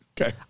Okay